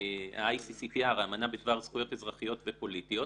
ה-ICCPR, האמנה בדבר זכויות אזרחיות ופוליטיות,